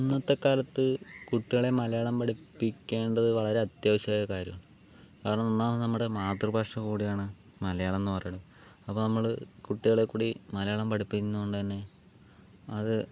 ഇന്നത്തെക്കാലത്ത് കുട്ടികളെ മലയാളം പഠിപ്പിക്കേണ്ടത് വളരെ അത്യാവശ്യമായ കാര്യമാണ് കാരണം എന്നാൽ നമ്മുടെ മാതൃഭാഷ കൂടിയാണ് മലയാളം എന്നു പറയുന്നത് അപ്പോൾ നമ്മൾ കുട്ടികളെ കൂടി മലയാളം പഠിപ്പിക്കുന്നതുകൊണ്ട് തന്നെ അത്